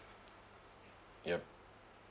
yup